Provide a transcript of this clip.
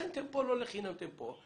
לכן לא לחינם אתם פה.